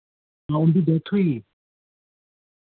हां उंदी डेथ होइयी